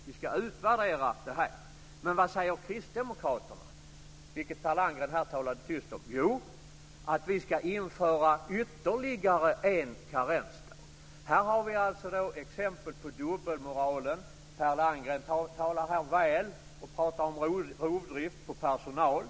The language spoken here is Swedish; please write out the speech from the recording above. Vi ska utvärdera detta. Men vad säger kristdemokraterna? Jo, de säger - vilket Per Landgren talade tyst om - att man ska införa ytterligare en karensdag. Här har vi exempel på dubbelmoralen. Per Landgren pratar om rovdrift av personal.